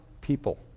people